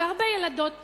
של הרבה ילדות ספרדיות,